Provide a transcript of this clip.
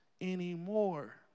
anymore